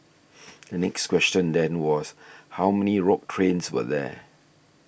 the next question then was how many rogue trains were there